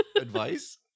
advice